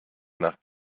nach